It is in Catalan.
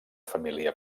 família